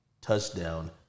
Touchdown